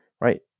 right